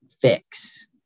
fix